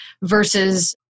versus